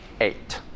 Eight